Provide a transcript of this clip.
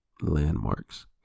landmarks